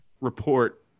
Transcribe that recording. report